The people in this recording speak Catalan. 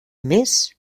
més